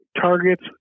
targets